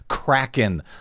Kraken